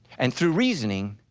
and through reasoning,